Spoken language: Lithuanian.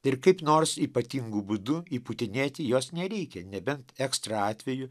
ir kaip nors ypatingu būdu įpūtinėti jos nereikia nebent ekstra atveju